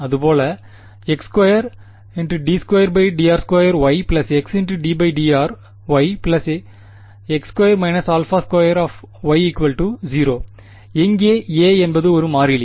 அது போல் x2d2dr2y x ddry y 0 a என்பது ஒரு மாறிலி